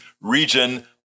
region